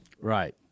Right